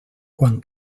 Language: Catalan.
quan